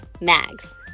mags